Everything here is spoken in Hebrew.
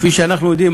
כפי שאנחנו יודעים,